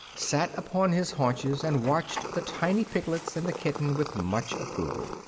sat upon his haunches and watched the tiny piglets and the kitten with much approval.